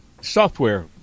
software